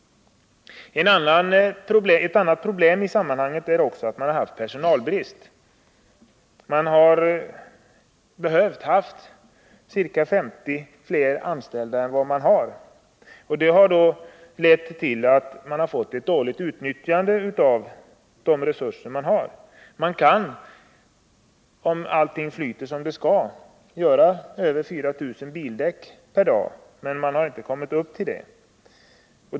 Ett annat problem i sammanhanget är att det har rått personalbrist. Man behöver ca 50 fler anställda än man har. Det har lett till att man har fått ett dåligt utnyttjande av tillgängliga resurser. Om allt flyter som det skall kan man göra över 4 000 bildäck per dag, men man har inte kommit upp till detta antal.